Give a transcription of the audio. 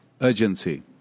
urgency